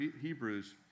Hebrews